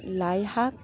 লাই শাক